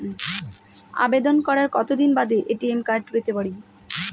আবেদন করার কতদিন বাদে এ.টি.এম কার্ড পেতে পারি?